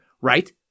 right